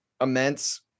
immense